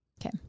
Okay